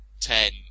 ten